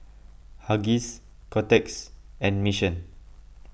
Huggies Kotex and Mission